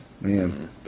Man